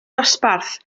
dosbarth